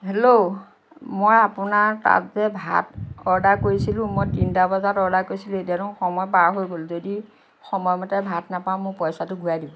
hello মই আপোনাৰ তাত যে ভাত অৰ্ডাৰ কৰিছিলোঁ মই তিনিটা বজাত অৰ্ডাৰ কৰিছিলোঁ এতিয়া দেখোন সময় পাৰ হৈ গ'ল যদি সময়মতে ভাত নাপাওঁ মোৰ পইচাটো ঘূৰাই দিব